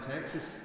Texas